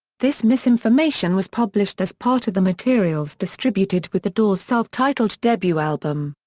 this misinformation was published as part of the materials distributed with the doors' self-titled debut album.